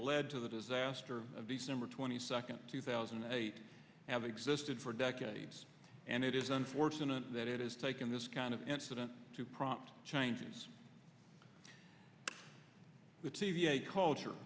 led to the disaster of december twenty second two thousand and eight have existed for decades and it is unfortunate that it has taken this kind of incident to prompt changes with t v a culture